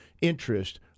interest